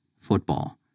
football